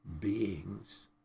beings